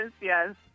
yes